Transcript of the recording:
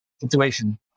situation